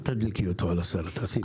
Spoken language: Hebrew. אל תדליקי אותו על השרה, תעשי טובה.